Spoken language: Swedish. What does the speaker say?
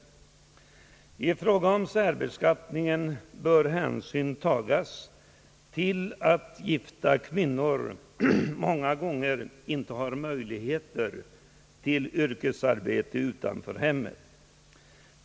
När det gäller särbeskattningen bör hänsyn tas till att gifta kvinnor många gånger inte har möjligheter till yrkesarbete utanför hemmet.